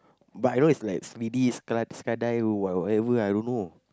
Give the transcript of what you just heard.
but I know is like whatever I don't know